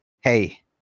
hey